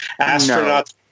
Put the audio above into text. Astronauts